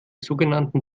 sogenannten